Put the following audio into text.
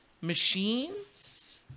machines